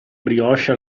brioche